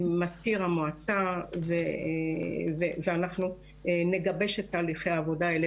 עם מזכיר המועצה ואנחנו נגבש את תהליכי העבודה האלה